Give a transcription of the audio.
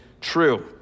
true